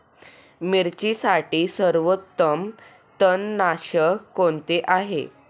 मिरचीसाठी सर्वोत्तम तणनाशक कोणते आहे?